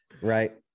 right